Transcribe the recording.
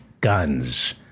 guns